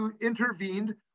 intervened